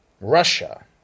Russia